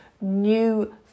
new